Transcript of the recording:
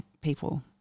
people